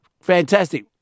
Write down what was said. Fantastic